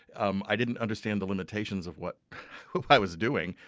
um i didn't understand the limitations of what i was doing.